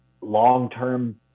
long-term